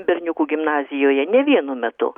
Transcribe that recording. berniukų gimnazijoje ne vienu metu